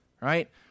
right